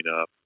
up